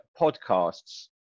podcasts